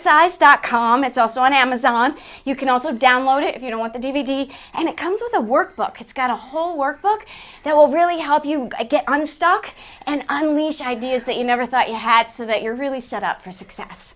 size dot com it's also on amazon you can also download it if you don't want the d v d and it comes with the workbook it's got a whole workbook that will really help you get unstuck and unleash ideas that you never thought you had so that you're really set up for success